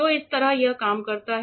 तो इस तरह यह काम करता है